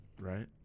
Right